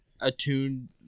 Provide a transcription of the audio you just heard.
attuned